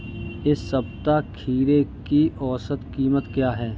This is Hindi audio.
इस सप्ताह खीरे की औसत कीमत क्या है?